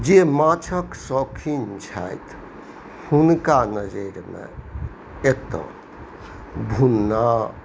जे माछके शौकीन छथी हुनका नजरिमे एत्तौ भुन्ना